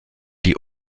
die